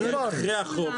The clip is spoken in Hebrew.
אני שואל אחרי החוק.